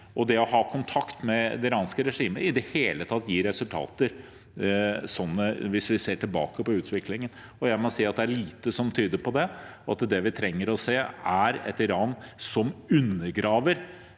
og det å ha kontakt med det iranske regimet i det hele tatt gir resultater, hvis vi ser tilbake på utviklingen. Og jeg må si at det er lite som tyder på det, og det vi trenger å se. Det er et Iran som undergraver